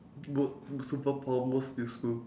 most superpower most useful